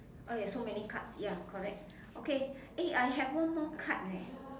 !aiya! so many cards ya correct okay eh I got one more card leh